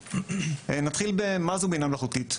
נתחיל ב"מה זו בינה מלאכותית?".